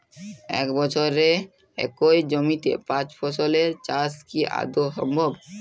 এক বছরে একই জমিতে পাঁচ ফসলের চাষ কি আদৌ সম্ভব?